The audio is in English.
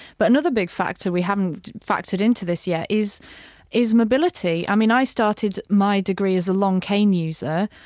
but another big factor we haven't factored into this yet is is mobility. i mean i started my degree as a long cane user,